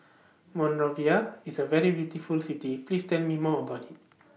Monrovia IS A very beautiful City Please Tell Me More about IT